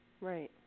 Right